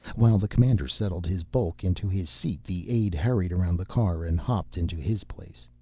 while the commander settled his bulk into his seat the aide hurried around the car and hopped into his place.